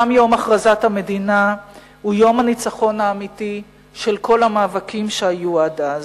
גם יום הכרזת המדינה הוא יום הניצחון האמיתי של כל המאבקים שהיו עד אז.